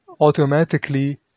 automatically